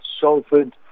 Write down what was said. Salford